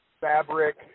fabric